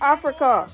Africa